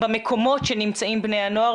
במקומות שנמצאים בני הנוער,